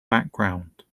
background